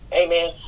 amen